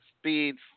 speeds